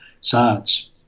science